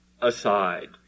aside